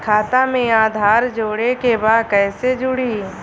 खाता में आधार जोड़े के बा कैसे जुड़ी?